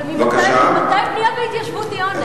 אבל ממתי בנייה בהתיישבות היא עונש?